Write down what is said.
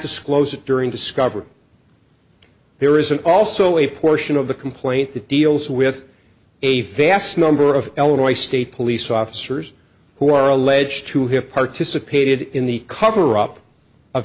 disclose it during discover there isn't also a portion of the complaint that deals with a vast number of elderly state police officers who are alleged to have participated in the coverup of